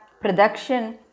production